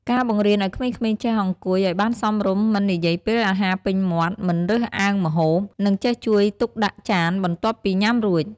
ការបង្រៀនឲ្យក្មេងៗចេះអង្គុយឲ្យបានសមរម្យ មិននិយាយពេលអាហារពេញមាត់ មិនរើសអើងម្ហូប និងចេះជួយទុកដាក់ចានបន្ទាប់ពីញ៉ាំរួច។